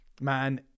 man